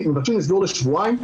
מבקשים לסגור לשבועיים,